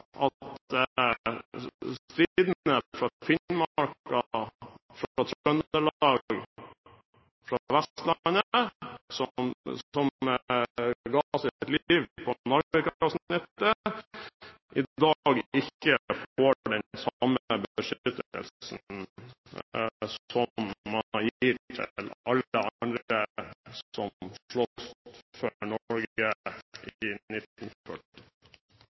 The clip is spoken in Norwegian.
at stridende fra Finnmark, Trøndelag og Vestlandet som ga sitt liv på Narvikavsnittet, i dag ikke får den samme beskyttelsen som man gir til alle andre som